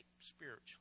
spiritually